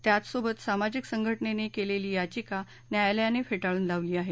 त्याच सोबत सामाजिक संघटनेने केलेली याचिका न्यायालयाने फेटाळून लावली आहे